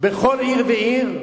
בכל עיר ועיר,